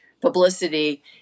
publicity